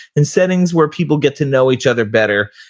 and settings where people get to know each other better,